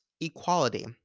equality